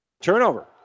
turnover